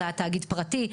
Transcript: זה היה תאגיד פרטי.